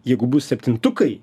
jeigu bus septintukai